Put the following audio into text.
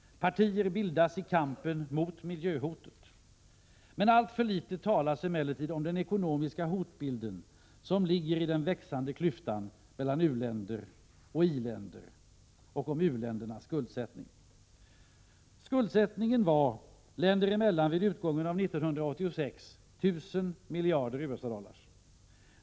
Partier bildas i kampen mot miljöhotet. Alltför litet talas emellertid om den ekonomiska hotbilden, som ligger i den växande klyftan mellan u-länder och i-länder och om u-ländernas skuldsättning. Skuldsättningen länder emellan vid utgången av 1986 var 1 000 miljarder USA-dollar.